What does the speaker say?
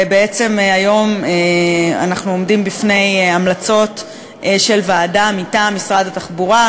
והיום אנחנו עומדים בפני המלצות של ועדה מטעם משרד התחבורה,